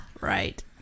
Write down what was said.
Right